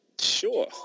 Sure